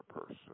person